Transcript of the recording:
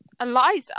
Eliza